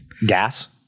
Gas